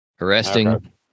arresting